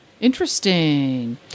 Interesting